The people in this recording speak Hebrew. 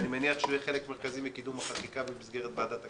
אני מניח שהוא יהיה חלק מרכזי מקידום החקיקה במסגרת ועדת הכספים.